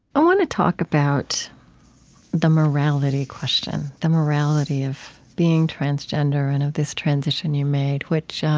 i want to talk about the morality question, the morality of being transgender and of this transition you made which